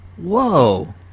whoa